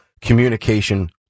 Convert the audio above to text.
communication